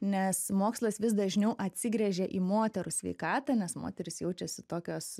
nes mokslas vis dažniau atsigręžia į moterų sveikatą nes moterys jaučiasi tokios